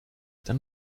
dann